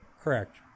Correct